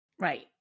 Right